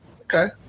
Okay